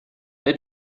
they